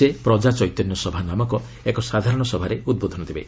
ସେ ପ୍ରଜା ଚୈତେନ୍ୟ ସଭା ନାମକ ଏକ ସାଧାରଣ ସଭାରେ ଉଦ୍ବୋଧନ ଦେବେ